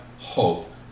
hope